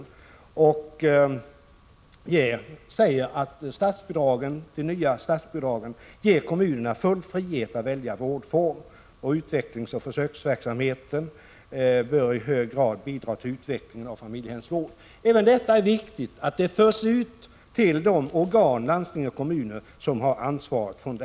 Utskottet säger att det nya bidragssystemet ger kommunerna full frihet att välja vårdform. Utvecklingsoch försöksverksamhet bör i hög grad bidra till utveckling av familjehemsvård. Det är viktigt att detta förs ut till de organ, landsting och kommuner, som har ansvar för denna vård.